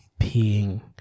Peeing